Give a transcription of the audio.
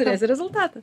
turėsi rezultatą